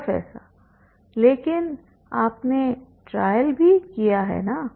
professor लेकिन आपने trial भी किया है ना